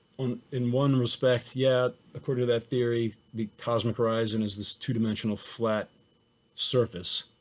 on in one respect yet, according to that theory, the cosmic horizon is this two dimensional flat surface.